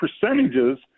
percentages